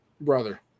brother